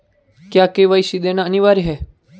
क्या के.वाई.सी देना अनिवार्य है?